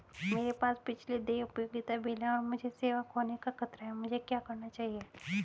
मेरे पास पिछले देय उपयोगिता बिल हैं और मुझे सेवा खोने का खतरा है मुझे क्या करना चाहिए?